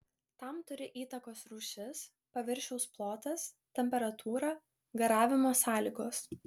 tam turi įtakos rūšis paviršiaus plotas temperatūra garavimo sąlygos